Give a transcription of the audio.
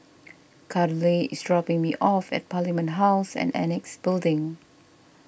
Karley is dropping me off at Parliament House and Annexe Building